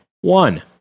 One